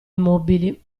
immobili